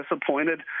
disappointed